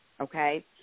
okay